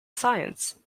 science